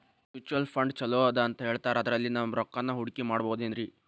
Mutual fund ಛಲೋ ಅದಾ ಅಂತಾ ಹೇಳ್ತಾರ ಅದ್ರಲ್ಲಿ ನಮ್ ರೊಕ್ಕನಾ ಹೂಡಕಿ ಮಾಡಬೋದೇನ್ರಿ?